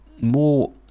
more